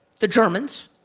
the germans,